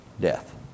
death